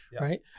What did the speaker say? right